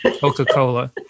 Coca-Cola